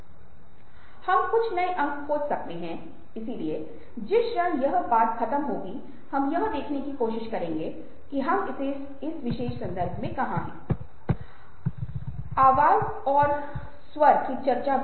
भावात्मक सहानुभूति को संज्ञानात्मक सहानुभूति से विभेदित किया गया है जहाँ आप महसूस कर सकते हैं कि भावना ही भावना से संबंधित सहानुभूति है जहाँ आप इसे अनुभव करते हैं और संज्ञानात्मक वह है जहाँ आप इसे समझते हैं